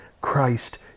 Christ